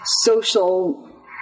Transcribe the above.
social